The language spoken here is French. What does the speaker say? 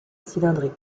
cylindrée